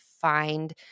find